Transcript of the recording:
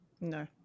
No